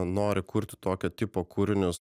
nori kurti tokio tipo kūrinius